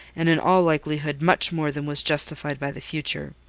and in all likelihood much more than was justified by the future.